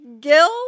Gil